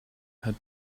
had